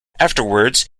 afterwards